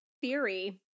theory